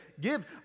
give